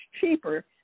cheaper